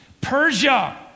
Persia